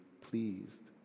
pleased